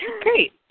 Great